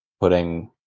putting